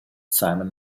simon